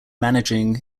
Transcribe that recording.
managing